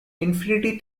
infinity